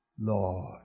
Lord